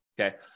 Okay